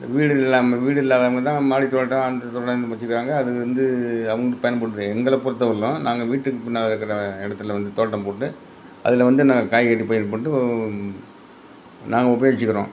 இந்த வீடுகள் இல்லாமல் வீடு இல்லாதவங்க தான் மாடித்தோட்டம் அந்த தோட்டம் வச்சிக்கிறாங்க அது வந்து அவங்களுக்கு பயன்படுது எங்களை பொறுத்த வரையிலும் நாங்கள் வீட்டுக்கு பின்னாடி இருக்கிற இடத்தில் வந்து தோட்டம் போட்டு அதில் வந்து நாங்கள் காய்கறி பயிர் போட்டு வா நாங்கள் ஒப்பேச்சிக்கிறோம்